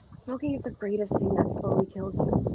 smoking is the greatest thing that slowly kills you.